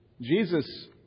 Jesus